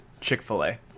Chick-fil-A